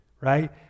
right